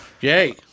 yay